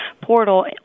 portal